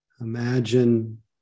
imagine